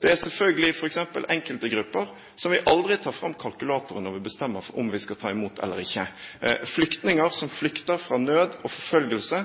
Det er selvfølgelig enkelte grupper der vi aldri tar fram kalkulatoren når vi bestemmer om vi skal ta imot eller ikke: flyktninger som flykter fra nød og forfølgelse,